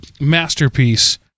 masterpiece